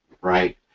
right